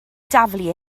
daflu